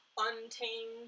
untamed